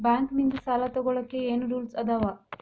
Bank ನಿಂದ್ ಸಾಲ ತೊಗೋಳಕ್ಕೆ ಏನ್ ರೂಲ್ಸ್ ಅದಾವ?